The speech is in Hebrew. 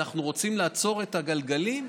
אנחנו רוצים לעצור את הגלגלים,